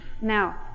Now